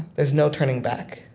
there's no turning back